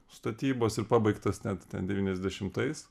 statybos ir pabaigtas net devyniasdešimtais